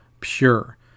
pure